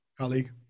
colleague